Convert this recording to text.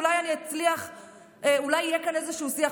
אולי יהיה כאן איזה שיח,